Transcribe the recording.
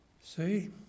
See